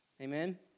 Amen